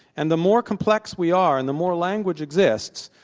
and the more complex we are, and the more language exists,